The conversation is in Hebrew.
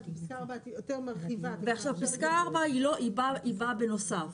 עכשיו פסקה 4 היא באה בנוסף,